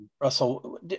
Russell